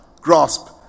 grasp